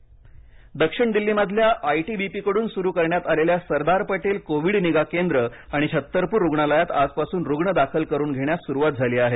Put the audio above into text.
दिल्ली दक्षिण दिल्ली मधल्या I T B P कडून सुरु करण्यात आलेल्या सरदार पटेल कोविड निगा केंद्र आणि छत्तरपूर रुग्णालयात आजपासून रुग्ण दाखल करून घेण्यास सुरुवात झाली आहे